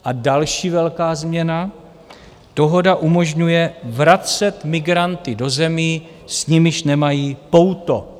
A další velká změna: Dohoda umožňuje vracet migranty do zemí, s nimiž nemají pouto.